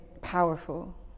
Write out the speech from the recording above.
powerful